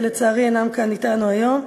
שלצערי אינם כאן אתנו היום.